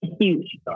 huge